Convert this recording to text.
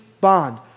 bond